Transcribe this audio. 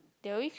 they always